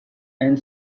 and